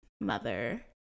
mother